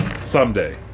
Someday